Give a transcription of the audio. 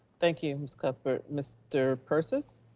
thank you ms. cuthbert, mr. persis.